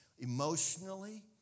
emotionally